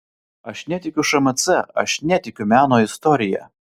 aš netikiu šmc aš netikiu meno istorija